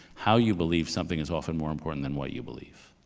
how you believe something is often more important than what you believe.